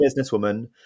businesswoman